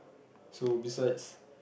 so besides